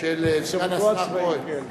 של סגן השר כהן.